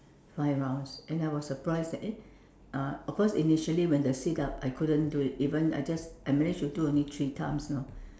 five rounds and I was surprised that eh uh of course initially when the sit up I couldn't do it even I just I managed to do only three times you know